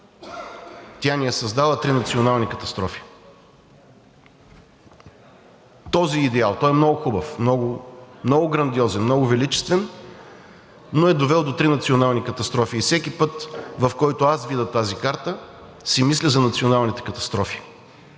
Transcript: Тя ни създава три национални катастрофи. Този идеал – той е много хубав, много грандиозен, много величествен, но е довел до три национални катастрофи. И всеки път, в който аз видя тази карта, си мисля за националните катастрофи